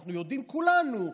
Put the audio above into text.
אנחנו יודעים כולנו,